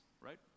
right